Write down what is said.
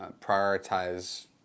prioritize